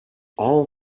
all